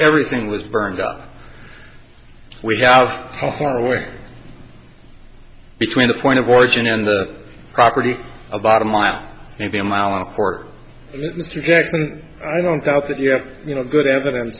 everything was burned up we have hope for way between the point of origin and property about a mile maybe a mile court mr jackson i don't doubt that you have you know good evidence